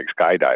skydiving